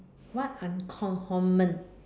what uncommon